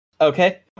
Okay